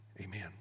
amen